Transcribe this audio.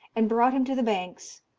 and brought him to the banks,